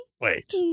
wait